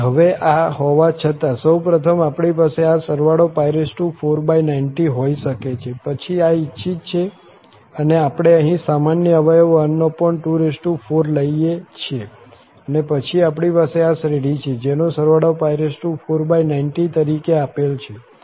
તેથી હવે આ હોવા છતાં સૌ પ્રથમ આપણી પાસે આ સરવાળો 490 હોઈ શકે છે પછી આ ઇચ્છિત છે અને આપણે અહીં સામાન્ય અવયવ 124 લઈએ છીએ અને પછી આપણી પાસે આ શ્રેઢી છે જેનો સરવાળો 490 તરીકે આપેલ છે